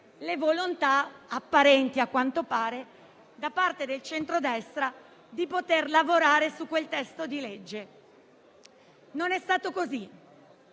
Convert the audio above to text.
le volontà (apparenti, a quanto pare) del centrodestra di lavorare su quel testo di legge. Non è stato così.